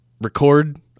record